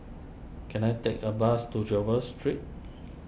can I take a bus to Jervois Street